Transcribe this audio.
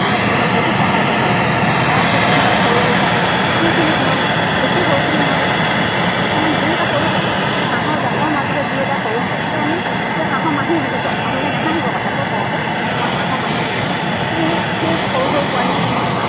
হাঁহ বিকি মই বহুত টকা উপাৰ্জন কৰোঁ তাৰপিছত যিখিনি অলপ সৰু সৰু থাকে সেইখিনিক মই বেছি সৰুখিনিক মই কিছুমান দুই এটা সৰু থাকে সেই হাঁহৰ জাকৰ মাজতে দুই এটা সৰু হাঁহ থাকে সেইটোক আমি কিবা হাঁহ মাহী বুলি কওঁ আপোনালোকে নেহাঁহিব কথাটো কওঁতে কিন্তু মই হাঁহৰ মাহী বুলি কওঁ সেই সেই সৰু সৰু পোৱালিখিনিক মই